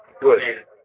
Good